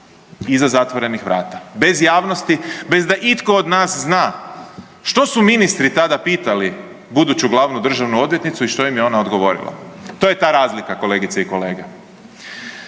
Iza zatvorenih vrata, bez javnosti, bez da itko od nas zna što su ministri tada pitali buduću glavnu državnu odvjetnicu i što im je ona odgovorila, to je ta razlika, kolegice i kolege.